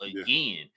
again